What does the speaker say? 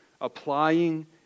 applying